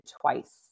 twice